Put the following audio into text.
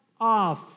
off